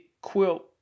quilt